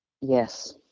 Yes